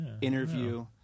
interview